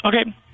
okay